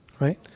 right